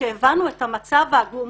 כשהבנו את המצב העגום,